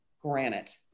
granite